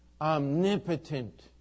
omnipotent